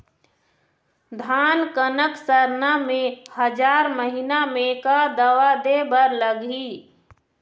धान कनक सरना मे हजार महीना मे का दवा दे बर लगही?